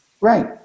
Right